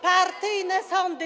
Partyjne sądy.